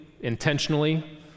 intentionally